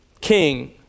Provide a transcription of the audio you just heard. king